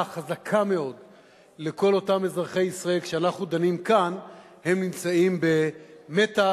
חזקה מאוד לכל אותם אזרחי ישראל שכשאנחנו דנים כאן הם נמצאים במתח